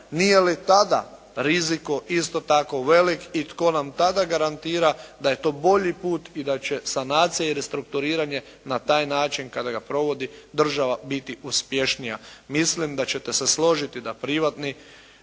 nije li tad riziko isto tako velik, i tko nam tada garantira da je to bolji put i da će sanacija i restrukturiranje na taj način kada ga provodi država biti uspješnija. Mislim da ćete se složiti da privatni